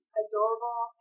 adorable